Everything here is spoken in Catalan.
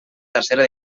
tercera